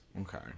Okay